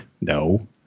no